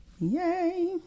Yay